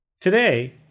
Today